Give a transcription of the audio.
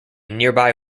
nearby